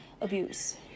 abuse